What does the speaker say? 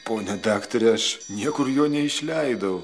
pone daktare aš niekur jo neišleidau